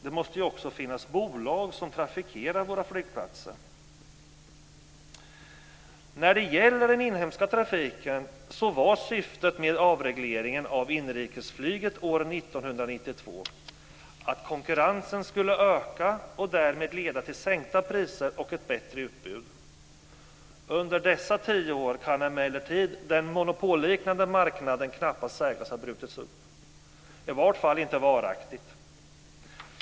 Det måste också finnas bolag som trafikerar våra flygplatser. När det gäller den inhemska trafiken var syftet med avregleringen av inrikesflyget år 1992 att konkurrensen skulle öka och därmed leda till sänkta priser och ett bättre utbud. Under dessa tio år kan emellertid den monopolliknande marknaden knappast sägas ha brutits upp - i varje fall inte varaktigt.